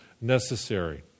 necessary